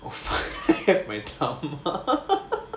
I have my drama